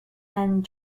and